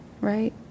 right